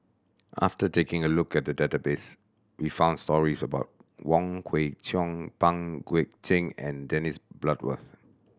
after taking a look at the database we found stories about Wong Kwei Cheong Pang Guek Cheng and Dennis Bloodworth